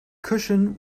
cushion